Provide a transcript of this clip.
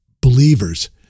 believers